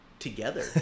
together